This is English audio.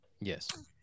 Yes